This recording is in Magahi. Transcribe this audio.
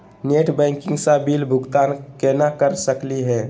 नेट बैंकिंग स बिल भुगतान केना कर सकली हे?